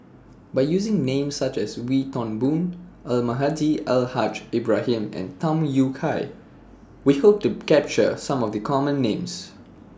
By using Names such as Wee Toon Boon Almahdi Al Haj Ibrahim and Tham Yui Kai We Hope to capture Some of The Common Names